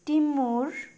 टिम्बुर